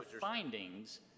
findings